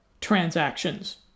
transactions